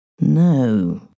No